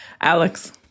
Alex